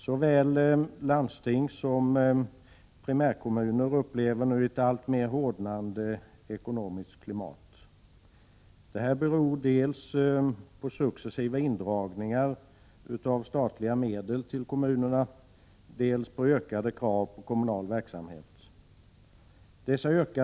Såväl landsting som primärkommuner upplever nu ett alltmer hårdnande ekonomiskt klimat. Detta beror dels på successiva indragningar av statliga medel till kommunerna, dels på ökade krav på kommunal verksamhet.